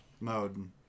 mode